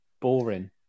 Boring